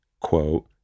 quote